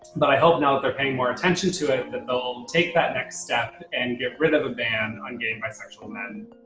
but i hope now that they're paying more attention to it, that they'll take that next step and get rid of the ban on gay and bisexual men.